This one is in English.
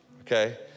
okay